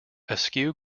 askew